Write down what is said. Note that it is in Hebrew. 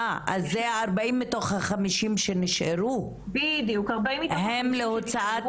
אה, אז זה 40 מתוך ה-50 שנשארו שהם להוצאת